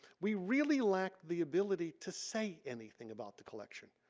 we really lack the ability to say anything about the collection.